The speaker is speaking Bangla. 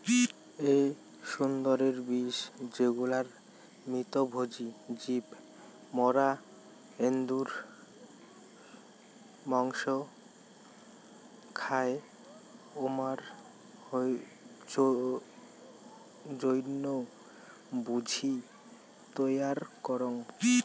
এন্দুরের বিষ যেগুলা মৃতভোজী জীব মরা এন্দুর মসং খায়, উমার জইন্যে ঝুঁকি তৈয়ার করাং